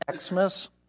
Xmas